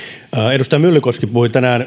edustaja myllykoski puhui tänään